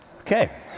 Okay